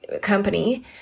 company